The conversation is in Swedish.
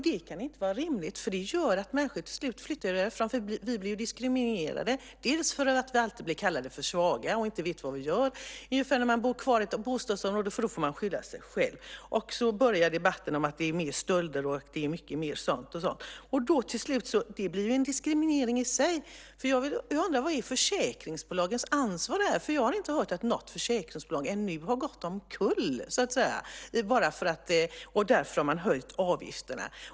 Det kan inte vara rimligt. Det gör att människor till slut flyttar därifrån. Vi blir ju diskriminerade, bland annat för att vi alltid blir kallade för svaga och att vi inte vet vad vi gör när vi bor kvar i ett sådant bostadsområde. Då får man skylla sig själv. Och så börjar debatten om mer stölder och sådant. Till slut blir det en diskriminering i sig. Jag undrar vad som är försäkringsbolagens ansvar. Jag har inte hört att något försäkringsbolag ännu har gått omkull och att man därför har höjt avgifterna.